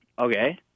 Okay